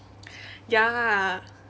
ya